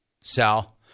Sal